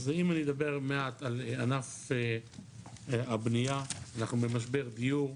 אני אדבר מעט על ענף הבניה, אנחנו במשבר דיור.